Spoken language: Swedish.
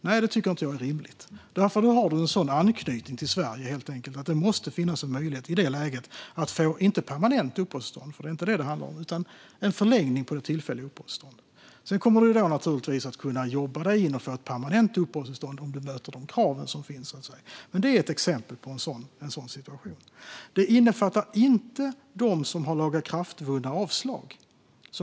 Nej, det tycker jag inte är rimligt, för då har personen en sådan anknytning till Sverige att det i det läget måste finnas en möjlighet att få uppehållstillstånd, men inte permanent uppehållstillstånd, för det är inte det som det handlar om, utan en förlängning av det tillfälliga uppehållstillståndet. Sedan kommer man naturligtvis att kunna jobba sig in och få ett permanent uppehållstillstånd om man uppfyller de krav som finns. Det är ett exempel på en sådan situation. Detta innefattar inte dem som har lagakraftvunna avslag.